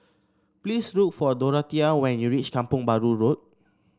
please look for Dorathea when you reach Kampong Bahru Road